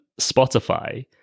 Spotify